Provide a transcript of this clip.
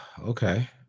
Okay